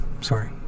Sorry